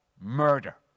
murder